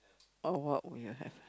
oh what would you have